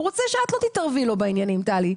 הוא רוצה שאת לא תתערבי לו בעניינים, טלי.